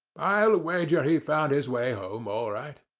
i'll wager he found his way home all right.